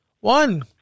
One